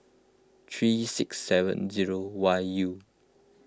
three six seven zero Y U